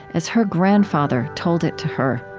as her grandfather told it to her